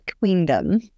queendom